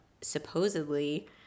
supposedly